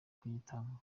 kuyitanga